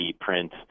print